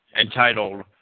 entitled